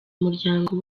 umuryango